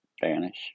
vanish